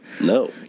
No